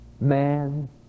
Man